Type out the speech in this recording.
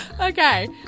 Okay